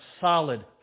solid